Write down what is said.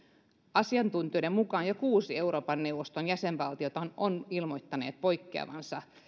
asiantuntijoiden mukaan jo kuusi euroopan neuvoston jäsenvaltiota on on ilmoittanut poikkeavansa